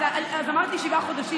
אז אמרתי שבעה חודשים.